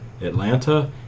Atlanta